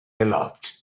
aloft